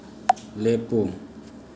ꯂꯦꯞꯄꯨ